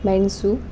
ಮೆಣಸು